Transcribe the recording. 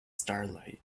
starlight